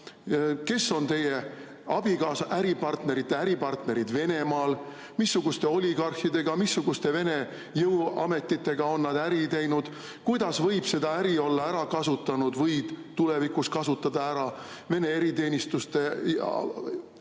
Kes on teie abikaasa äripartnerite äripartnerid Venemaal? Missuguste oligarhidega, missuguste Vene jõuametitega on nad äri teinud? Kuidas võivad seda äri olla ära kasutanud või tulevikus ära kasutada Vene eriteenistuste